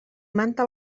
manta